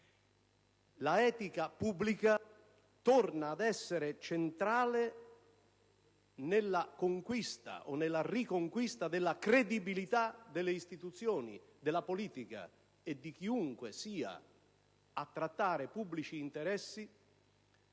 L'etica pubblica torna ad essere centrale nella conquista o nella riconquista della credibilità delle istituzioni, della politica e di chiunque sia a trattare pubblici interessi